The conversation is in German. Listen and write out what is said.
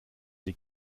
die